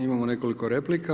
Imamo nekoliko replika.